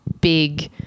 big